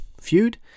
feud